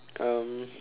um